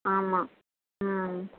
ஆமாம் ம்